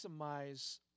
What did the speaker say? maximize